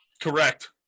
Correct